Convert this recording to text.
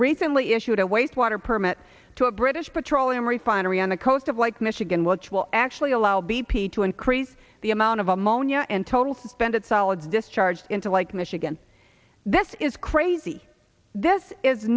recently issued a wastewater permit to a british petroleum refinery on the coast of like michigan welch will actually allow b p to increase the amount of ammonia and total suspended solids discharged into like michigan this is crazy